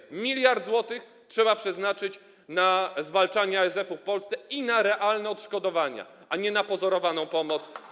1 mld zł trzeba przeznaczyć na zwalczanie ASF-u w Polsce i na realne odszkodowania, a nie na pozorowaną pomoc.